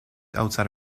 outside